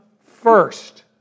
first